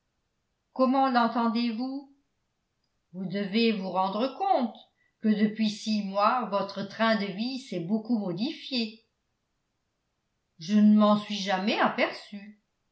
comment l'entendez-vous vous devez vous rendre compte que depuis six mois votre train de vie s'est beaucoup modifié je ne m'en suis jamais aperçue